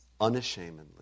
unashamedly